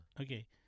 Okay